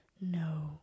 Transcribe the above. no